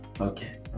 Okay